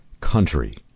country